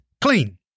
clean